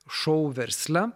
šou versle